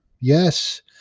Yes